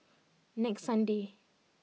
next sunday